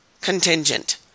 contingent